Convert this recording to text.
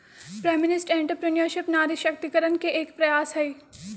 feminist entrepreneurship नारी सशक्तिकरण के एक प्रयास हई